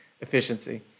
efficiency